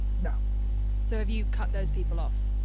no so have you cut those people off?